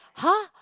!huh!